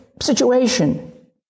situation